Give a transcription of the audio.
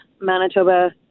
Manitoba